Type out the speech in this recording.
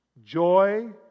joy